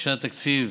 לרשותך עד עשר דקות.